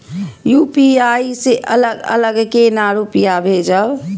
UPI से अलग अलग केना रुपया भेजब